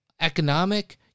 economic